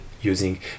using